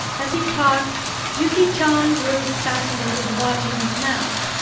as he talked yuki chan grew fascinated watching his mouth,